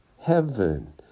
heaven